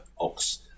Ox